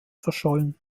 verschollen